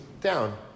down